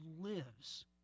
lives